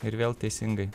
ir vėl teisingai